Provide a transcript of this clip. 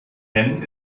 ken